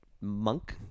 Monk